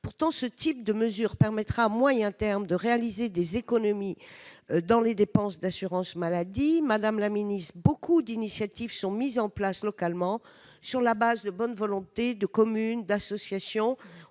Pourtant, ce type de mesure permettra à moyen terme de réaliser des économies au titre des dépenses d'assurance maladie. Madame la ministre, de nombreuses initiatives sont déployées localement, grâce à la bonne volonté de communes, d'associations